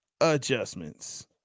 adjustments